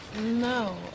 No